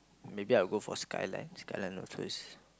maybe I go for Skyline Skyline Northwest